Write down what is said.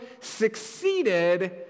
succeeded